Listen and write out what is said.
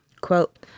Quote